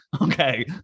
okay